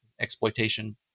exploitation